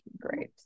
Great